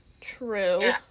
True